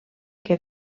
que